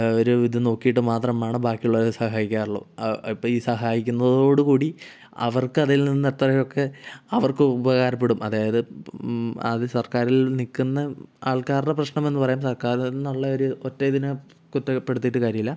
ഒരു ഇത് നോക്കീട്ട് മാത്രമാണ് ബാക്കിയുള്ളവരെ സഹയിക്കാറുള്ളു ഇപ്പം ഈ സഹായിക്കുന്നതോടുകൂടി അവർക്കതിൽ നിന്നും എത്രയൊക്കെ അവർക്ക് ഉപകാരപ്പെടും അതായത് അത് സർക്കാരിൽ നിൽക്കുന്ന ആൾക്കാരുടെ പ്രശ്നമെന്ന് പറയാം സർക്കാരിൽ നിന്നുള്ള ഒരു ഒറ്റ ഇതിനെ കുറ്റപ്പെടുത്തിട്ട് കാര്യമില്ല